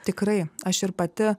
tikrai aš ir pati